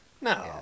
No